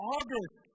August